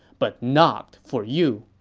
but not for you.